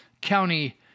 county